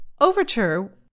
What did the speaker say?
overture